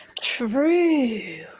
True